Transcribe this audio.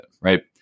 right